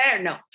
No